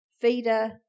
feeder